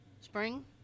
spring